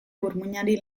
burmuinari